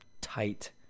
tight